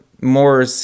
more